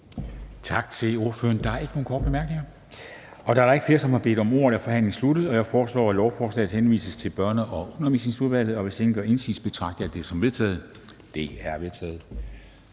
Tak til ordføreren. Der er ikke nogen korte bemærkninger. Da der ikke er flere, som har bedt om ordet, er forhandlingen sluttet. Jeg foreslår, at beslutningsforslaget henvises til Børne- og Undervisningsudvalget. Hvis ingen gør indsigelse, betragter jeg det som vedtaget. Det er vedtaget.